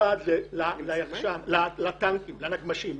ממוקד לטנקים ולנגמ"שים,